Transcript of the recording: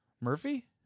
Murphy